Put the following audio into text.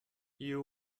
you